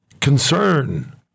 concern